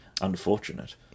unfortunate